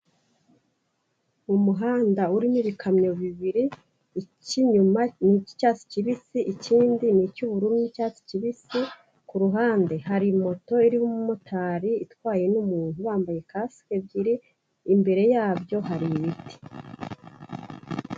Umuhanda urimo ibikamyo bibiri, icy'inyuma ni ik'icyatsi kibisi, ikindi ni icy'ubururu n'icyatsi kibisi, ku ruhande hari moto iriho umumotari itwaye n'umuntu bambaye kasike ebyiri, imbere ya byo hari ibiti.